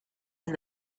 and